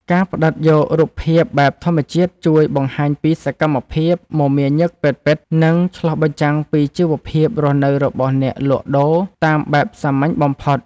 ការផ្ដិតយករូបភាពបែបធម្មជាតិជួយបង្ហាញពីសកម្មភាពមមាញឹកពិតៗ និង ឆ្លុះបញ្ចាំងពីជីវភាពរស់នៅរបស់អ្នកលក់ដូរតាមបែបសាមញ្ញបំផុត។